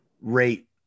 rate